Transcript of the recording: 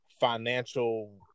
financial